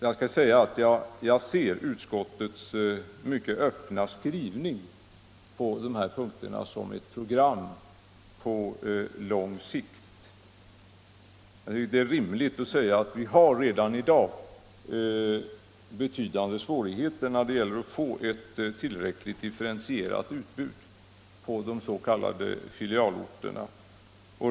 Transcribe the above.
Jag ser utskottets mycket öppna skrivning på de här punkterna som ett program på lång sikt. Det är rimligt att säga att vi redan i dag har betydande svårigheter när det gäller att få ett tillräckligt differentierat utbud på de s.k. filialorterna.